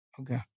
Okay